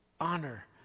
honor